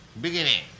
beginning